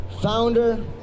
founder